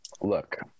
look